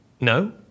No